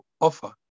offer